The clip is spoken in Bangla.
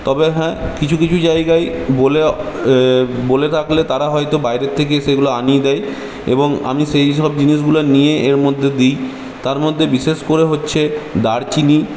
তবে হ্যাঁ কিছু কিছু জায়গায় বলে বলে রাখলে তারা হয়তো বাইরের থেকে সেগুলো আনিয়ে দেয় এবং আমি সেইসব জিনিসগুলা নিয়ে এর মধ্যে দিই তার মধ্যে বিশেষ করে হচ্ছে দারচিনি